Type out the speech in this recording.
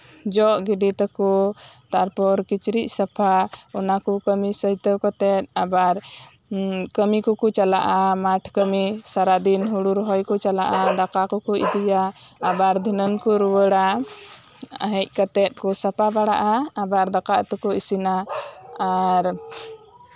ᱡᱚᱜ ᱜᱤᱰᱤ ᱛᱟᱠᱚ ᱛᱟᱨᱯᱚᱨ ᱠᱤᱪᱨᱤᱪ ᱥᱟᱯᱷᱟ ᱚᱱᱟ ᱠᱚ ᱠᱟᱹᱢᱤ ᱥᱟᱹᱭᱠᱟᱹᱣ ᱠᱟᱛᱮᱜ ᱠᱟᱹᱢᱤ ᱠᱚᱚ ᱪᱟᱞᱟᱜᱼᱟ ᱢᱟᱴᱷ ᱠᱟᱹᱢᱤ ᱥᱟᱨᱟ ᱫᱤᱱ ᱦᱳᱲᱳ ᱨᱚᱦᱚᱭ ᱠᱚ ᱪᱟᱞᱟᱜᱼᱟ ᱫᱟᱠᱟ ᱠᱚᱠᱚ ᱤᱫᱤᱭᱟ ᱟᱵᱟᱨ ᱫᱷᱤᱱᱟᱹᱱ ᱠᱚ ᱨᱩᱣᱟᱹᱲᱟ ᱦᱮᱡ ᱠᱛᱟᱜ ᱠᱚ ᱥᱟᱯᱷᱟ ᱵᱟᱲᱟᱜᱼᱟ ᱟᱵᱟᱨ ᱫᱟᱠᱟ ᱩᱛᱩ ᱠᱚ ᱤᱥᱤᱱᱟ ᱟᱨ